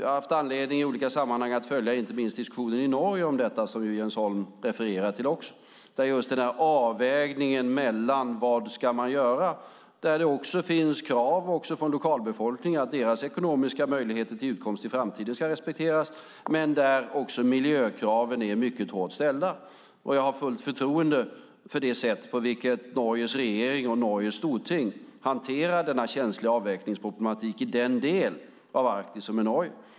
Jag har i olika sammanhang haft anledning att följa diskussionen om detta i Norge, som Jens Holm också refererar till, och den avvägning man måste göra. Där finns det krav från lokalbefolkningen att deras ekonomiska möjligheter till utkomst i framtiden ska respekteras samtidigt som också miljökraven är mycket hårt ställda. Jag har fullt förtroende för det sätt på vilket Norges regering och Norges storting hanterar denna känsliga avvägningsproblematik i den del av Arktis som är Norges.